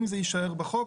אם זה יישאר בחוק,